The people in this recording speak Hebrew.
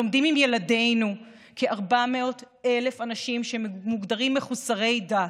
לומדים עם ילדינו כ-400,000 אנשים שמוגדרים מחוסרי דת.